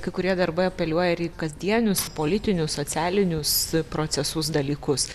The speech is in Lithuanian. kai kurie darbai apeliuoja ir į kasdienius politinius socialinius procesus dalykus